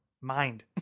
Mind